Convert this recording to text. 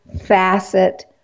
facet